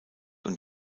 und